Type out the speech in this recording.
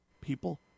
people